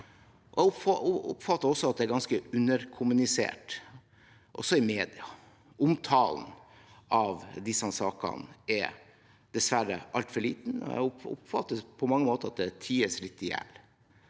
Jeg oppfatter at det er ganske underkommunisert, også i mediene. Omtalen av disse sakene er dessver re altfor liten. Jeg oppfatter på mange måter at det ties litt i hjel.